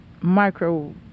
micro